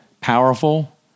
Powerful